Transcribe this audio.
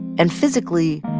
and physically,